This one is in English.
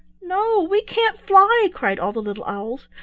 no, we can't fly! cried all the little owls.